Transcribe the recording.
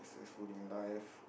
successful in life